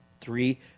Three